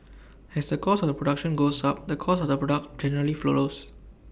as A cost of the production goes up the cost of the product generally follows